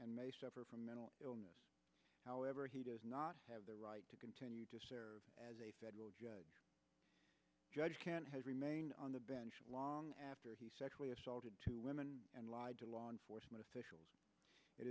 and may suffer from mental illness however he does not have the right to continue to serve as a federal judge judge can't remain on the bench after he sexually assaulted two women and lied to law enforcement officials it